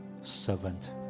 servant